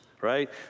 right